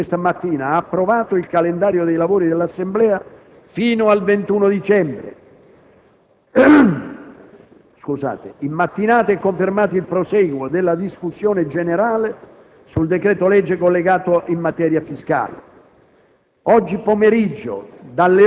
la Conferenza dei Capigruppo, riunitasi questa mattina, ha approvato all'unanimità il calendario dei lavori dell'Assemblea fino al 21 dicembre. In mattinata è confermato il prosieguo della discussione generale sul decreto-legge collegato in materia fiscale.